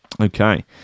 okay